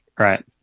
Right